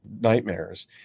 nightmares